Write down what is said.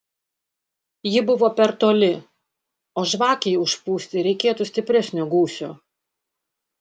ji buvo per toli o žvakei užpūsti reikėtų stipresnio gūsio